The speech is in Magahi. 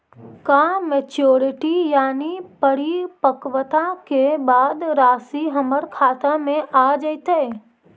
का मैच्यूरिटी यानी परिपक्वता के बाद रासि हमर खाता में आ जइतई?